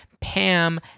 Pam